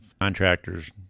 contractors